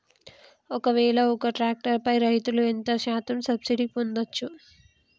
ఒక్కవేల ఒక్క ట్రాక్టర్ పై రైతులు ఎంత శాతం సబ్సిడీ పొందచ్చు?